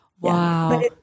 Wow